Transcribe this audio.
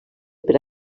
per